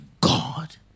God